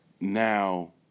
now